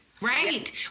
right